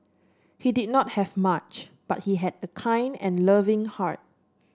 he did not have much but he had a kind and loving heart